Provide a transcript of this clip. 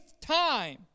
time